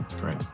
Great